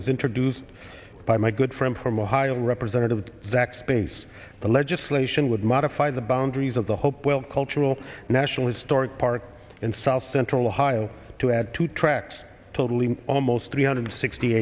was introduced by my good friend from ohio representative zack space the legislation would modify the boundaries of the hopewell cultural national historic park in south central ohio to add two tracks totally almost three hundred sixty